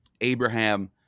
Abraham